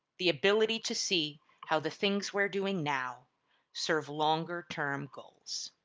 the ability to see how the things we're doing now serve longer-term goals.